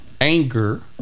anger